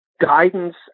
guidance